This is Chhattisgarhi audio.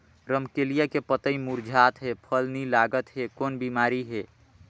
रमकलिया के पतई मुरझात हे फल नी लागत हे कौन बिमारी हे?